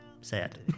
sad